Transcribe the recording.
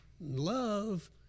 Love